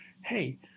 hey